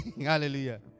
Hallelujah